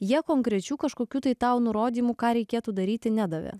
jie konkrečių kažkokių tai tau nurodymų ką reikėtų daryti nedavė